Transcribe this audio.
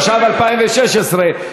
התשע"ו 2016,